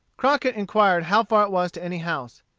crockett inquired how far it was to any house.